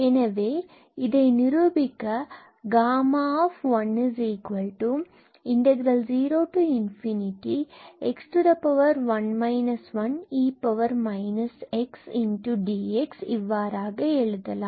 எனவே இதை நிரூபிக்க Γ0x1 1 e x dx இவ்வாறாக எழுதலாம்